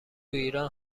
ایران